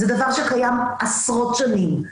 זה דבר שקיים עשרות שנים.